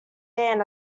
ban